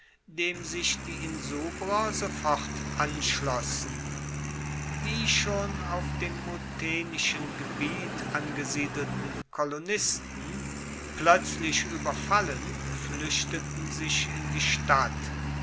dem sich die insubrer sofort anschlossen die schon auf dem mutinensischen gebiet angesiedelten kolonisten ploetzlich ueberfallen fluechteten sich in die stadt